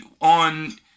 on